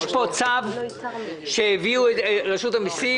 יש פה צו שהביאה רשות המסים.